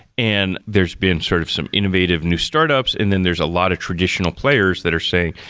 and there's been sort of some innovative new startups and then there's a lot of traditional players that are saying,